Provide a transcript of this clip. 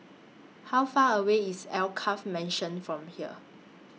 How Far away IS Alkaff Mansion from here